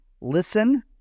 listen